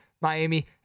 miami